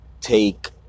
take